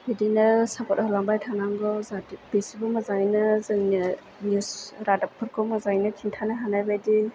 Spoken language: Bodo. बिदिनो सापत होलांबाय थानांगौ जाहाथे बिसोरबो मोजाङैनो जोंनो निउस रादाबफोरखौ मोजाङैनो खिन्थानो हानायबायदि